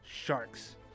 sharks